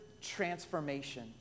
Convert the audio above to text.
transformation